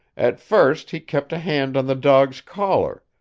at first he kept a hand on the dog's collar,